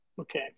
Okay